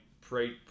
pray